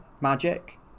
magic